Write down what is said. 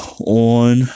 on